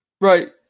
Right